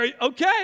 okay